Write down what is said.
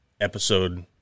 episode